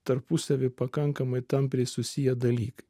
tarpusavy pakankamai tampriai susiję dalykai